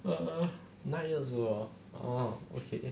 err nine years old ah orh okay